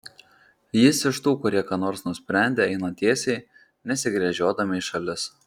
jis iš tų kurie ką nors nusprendę eina tiesiai nesigręžiodami į šalis